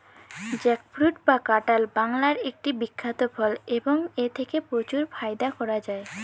jackfruit বা কাঁঠাল বাংলার একটি বিখ্যাত ফল এবং এথেকে প্রচুর ফায়দা করা য়ায়